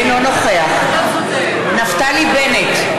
אינו נוכח נפתלי בנט,